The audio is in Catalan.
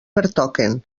pertoquen